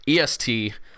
EST